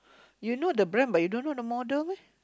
you know the brand but you don't know the model meh